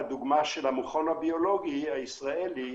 והדוגמה של המכון הביולוגי הישראלי,